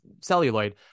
celluloid